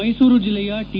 ಮೈಸೂರು ಜಿಲ್ಲೆಯ ಟಿ